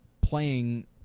playing